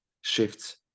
shifts